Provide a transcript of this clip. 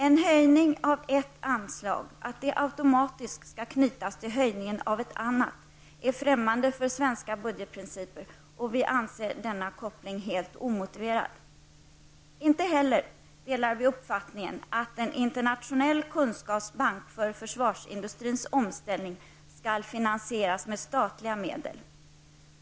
Att höjningen av ett anslag automatiskt skall knytas till höjningen av ett annat är främmande för svenska budgetprinciper, och vi anser denna koppling helt omotiverad. Inte heller delar vi uppfattningen att en internationell kunskapsbank för försvarsindustrins omställning skall finansieras med statliga medel.